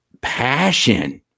passion